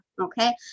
Okay